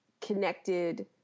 connected